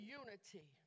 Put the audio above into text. unity